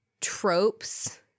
tropes